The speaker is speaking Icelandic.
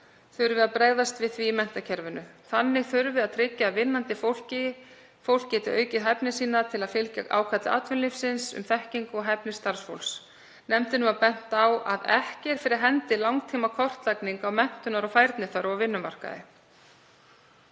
við að bregðast við því í menntakerfinu. Þannig þurfi að tryggja að vinnandi fólk geti aukið hæfni sína til að fylgja ákalli atvinnulífsins um þekkingu og hæfni starfsfólks. Nefndinni var bent á að ekki er fyrir hendi langtímakortlagning á menntunar- og færniþörf á vinnumarkaði.